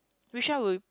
which one would